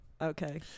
Okay